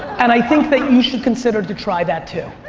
and i think that you should consider to try that too.